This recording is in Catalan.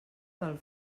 del